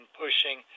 pushing